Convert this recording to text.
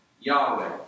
Yahweh